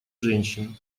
женщин